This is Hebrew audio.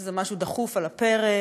איזה משהו דחוף על הפרק,